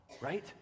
right